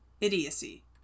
idiocy